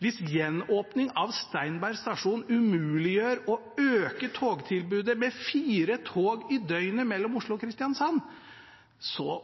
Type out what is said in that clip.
Hvis gjenåpning av Steinberg stasjon umuliggjør å øke togtilbudet med fire tog i døgnet mellom Oslo og Kristiansand,